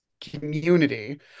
community